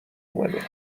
اومده